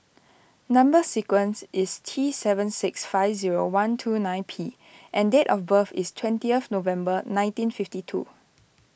Number Sequence is T seven six five zero one two nine P and date of birth is twentieth November nineteen fifty two